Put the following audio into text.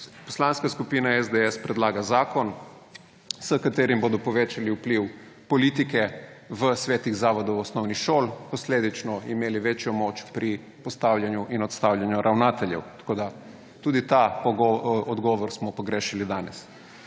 Poslanska skupina SDS predlaga zakon, s katerim bodo povečali vpliv politike v svetih zavodov osnovnih šol, posledično imeli večjo moč pri postavljanju in odstavljanju ravnateljev. Tudi ta odgovor smo pogrešali danes.